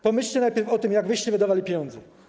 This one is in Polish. Pomyślcie najpierw o tym, jak wyście wydawali pieniądze.